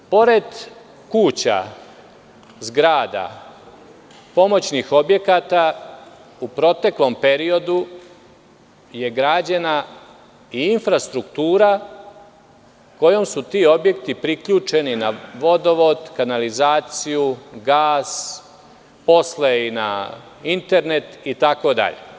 Pored kuća, zgrada, pomoćnih objekata, u proteklom periodu je građena i infrastruktura kojom su ti objekti priključeni na vodovod, kanalizaciju, gas, posle i na internet itd.